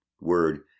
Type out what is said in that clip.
word